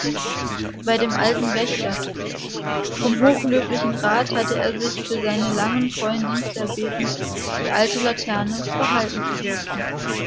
bei dem alten wächter vom hochlöblichen rat hatte er sich für seine langen treuen dienste erbeten die alte laterne behalten zu dürfen